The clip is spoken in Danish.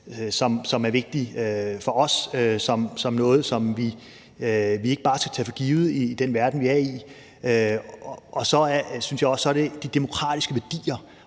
som er vigtige for os som noget, vi ikke bare skal tage for givet i den verden, vi er i, og så er det også de demokratiske værdier.